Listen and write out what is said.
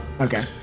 Okay